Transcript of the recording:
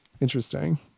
Interesting